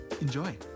Enjoy